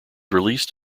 released